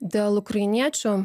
dėl ukrainiečių